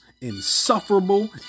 insufferable